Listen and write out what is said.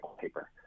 paper